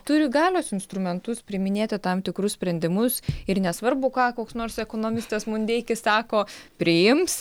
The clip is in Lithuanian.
turi galios instrumentus priiminėti tam tikrus sprendimus ir nesvarbu ką koks nors ekonomistas mundeikis sako priims